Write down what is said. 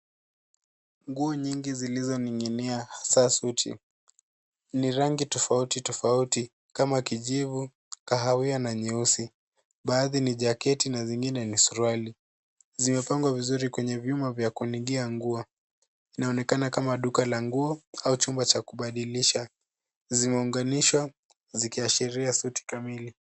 Nguo nyingi zilizoning'inia hasa suti zenye rangi tofauti tofauti kama kijivu, kahawia na nyeusi. Baadhi na jaketi na zingine ni suruali. Zimepangwa vizuri kwenye vyuma vya kuningia nguo. Inaonekana kama duka la nguo au chumba cha kubadilisha. Zimeunganishwa zikiashiria suti kamili.